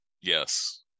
yes